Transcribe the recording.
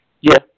Yes